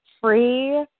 free